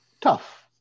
tough